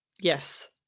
Yes